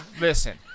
listen